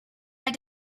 had